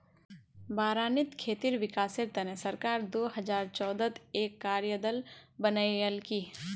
बारानीत खेतीर विकासेर तने सरकार दो हजार चौदहत एक कार्य दल बनैय्यालकी